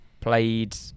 Played